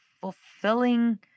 fulfilling